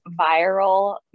viral